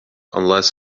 unless